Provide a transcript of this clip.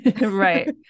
right